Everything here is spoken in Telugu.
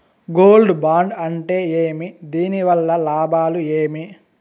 గోల్డ్ బాండు అంటే ఏమి? దీని వల్ల లాభాలు ఏమి?